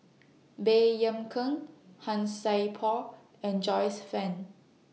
Baey Yam Keng Han Sai Por and Joyce fan